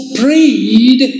prayed